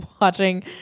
watching